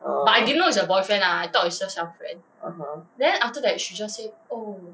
uh oh